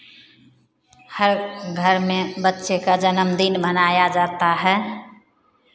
हर घर में बच्चे का जन्मदिन मनाया जाता है